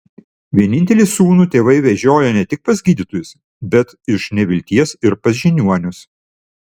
vienintelį sūnų tėvai vežiojo ne tik pas gydytojus bet iš nevilties ir pas žiniuonius